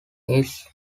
its